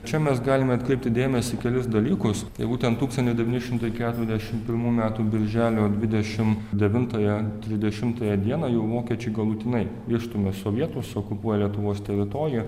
čia mes galime atkreipti dėmesį į kelis dalykus tai būtent tūkstantis devyni šimtai keturiasdešimt pirmų metų birželio dvidešimt devintąją trisdešimtąją dieną jau vokiečiai galutinai išstumia sovietus okupuoja lietuvos teritoriją